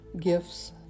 Gifts